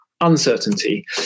Uncertainty